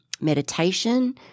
Meditation